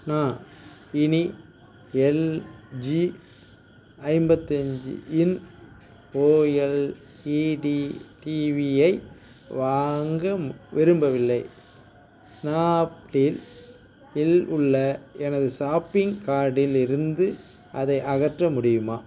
நான் இனி எல்ஜி ஐம்பத்து அஞ்சு இன்ச் ஓஎல்இடி டிவிஐ வாங்க விரும்பவில்லை ஸ்னாப்டீல் இல் உள்ள எனது ஷாப்பிங் கார்ட்டில் இருந்து அதை அகற்ற முடியுமா